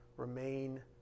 remain